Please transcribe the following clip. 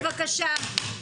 בבקשה.